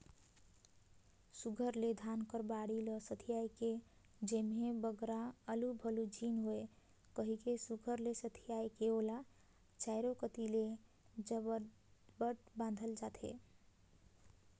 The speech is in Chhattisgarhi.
सुग्घर ले धान कर बीड़ा ल सथियाए के जेम्हे बगरा उलु फुलु झिन होए कहिके सुघर ले सथियाए के ओला चाएरो कती ले बजरबट बाधल जाथे